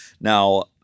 Now